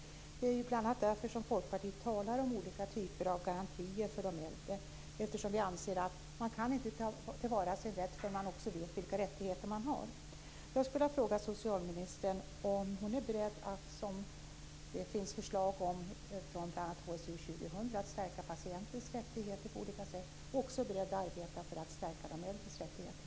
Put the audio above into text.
Det är bl.a. därför som Folkpartiet talar om olika typer av garantier för de äldre, eftersom vi anser att man inte kan ta till vara sin rätt förrän man vet vilka rättigheter som man har. om - att stärka patientens rättigheter på olika sätt och om hon är beredd att på olika sätt arbeta för att stärka de äldres rättigheter.